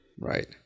Right